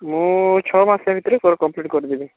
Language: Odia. ମୁଁ ଛଅମାସ ଭିତରେ କମ୍ପ୍ଲିଟ୍ କରିଦେବି